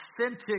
Authentic